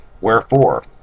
Wherefore